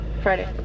Friday